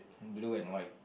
in blue and white